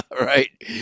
right